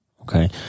Okay